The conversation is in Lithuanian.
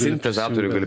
sintezatorių gali